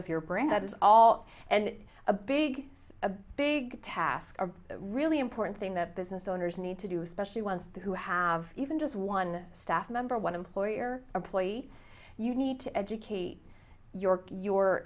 of your brain that is all and a big a big task a really important thing that business owners need to do especially once the who have even just one staff member one employer employee you need to educate your your